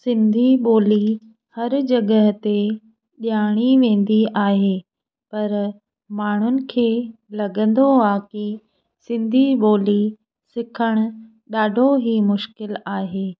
सिंधी ॿोली हर जॻह ते ॼाणी वेंदी आहे पर माण्हुनि खे लॻंदो आहे की सिंधी ॿोली सिखणु ॾाढो ई मुश्किलु आहे